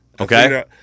Okay